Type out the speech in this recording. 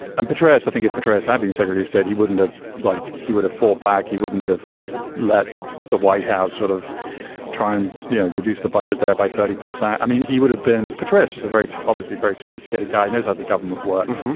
and petraeus, i think if petraeus had been secretary, said he wouldn't have like he would have fought back, he wouldn't have let the white house sort of try and yeah reduce the budget there by thirty percent. i mean, he would have been petraeus is a very obviously very sophisticated guy, knows how the government works.